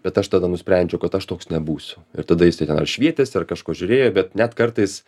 bet aš tada nusprendžiau kad aš toks nebūsiu ir tada jisai ten ar švietėsi ar kažko žiūrėjo bet net kartais